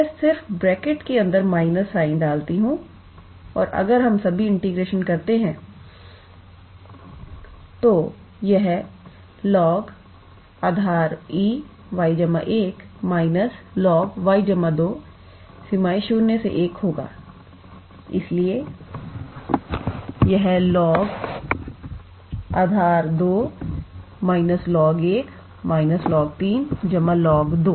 मैं सिर्फ ब्रैकेट के अंदर माइनस साइन डालती हूं और अगर हम अभी इंटीग्रेशन करते हैंतो यह log𝑒𝑦 1 − log𝑒𝑦 2 01 होगा इसलिए यह log𝑒 2 − log𝑒 1 − log𝑒 3 log𝑒 2